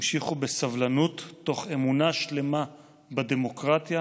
המשיכו בסבלנות תוך אמונה שלמה בדמוקרטיה,